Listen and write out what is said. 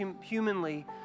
humanly